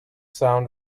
sound